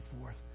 forth